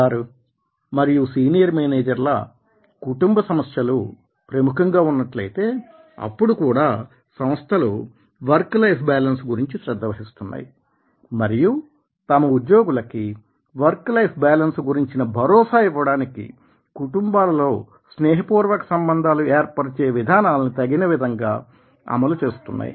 are మరియు senior మేనేజర్ల కుటుంబ సమస్యలు ప్రముఖంగా ఉన్నట్లయితే అప్పుడు కూడా సంస్థలు వర్క్ లైఫ్ బ్యాలెన్స్ గురించి శ్రద్ధ వహిస్తున్నాయి మరియు తమ ఉద్యోగులకి వర్క్ లైఫ్ బ్యాలెన్స్గురించిన భరోసా ఇవ్వడానికి కుటుంబాలలో స్నేహపూర్వక సంబంధాలు ఏర్పరిచే విధానాలని తగిన విధంగా అమలు పరుస్తున్నాయి